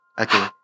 Okay